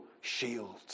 shield